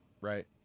right